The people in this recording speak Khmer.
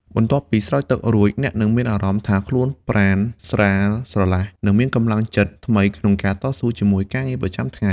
បន្ទាប់ពីស្រោចទឹករួច អ្នកនឹងមានអារម្មណ៍ថាខ្លួនប្រាណស្រាលស្រឡះ និងមានកម្លាំងចិត្តថ្មីក្នុងការតស៊ូជាមួយការងារប្រចាំថ្ងៃ។